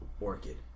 orchid